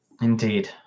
indeed